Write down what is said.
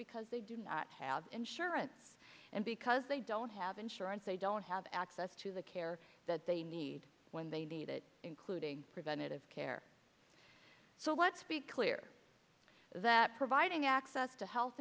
because they do not have insurance and because they don't have insurance they don't have access to the care that they need when they need it including preventative care so let's be clear that providing access to health